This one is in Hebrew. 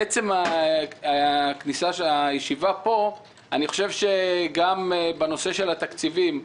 לעצם הישיבה פה, אני חושב שגם בנושא התקציבים,